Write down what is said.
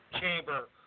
Chamber